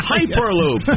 Hyperloop